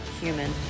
human